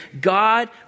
God